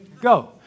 go